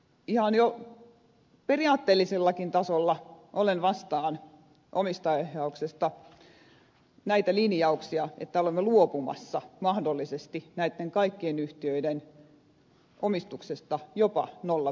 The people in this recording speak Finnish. ihan jo periaatteellisellakin tasolla olen vastaan näitä linjauksia omistajaohjauksesta että olemme luopumassa mahdollisesti näitten kaikkien yhtiöiden omistuksesta jopa nollaprosenttiin asti